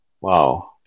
Wow